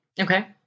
Okay